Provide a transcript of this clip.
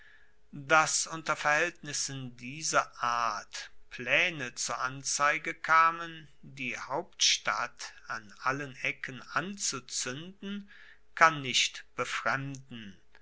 dass unter verhaeltnissen dieser art plaene zur anzeige kamen die hauptstadt an allen ecken anzuzuenden kann nicht befremden